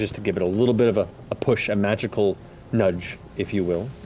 to give it a little bit of ah a push, a magical nudge, if you will.